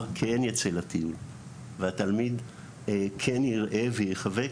כן יצא לטיול והתלמיד כן יראה ויחווה.